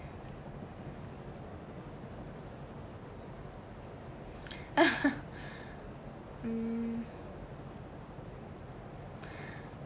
mm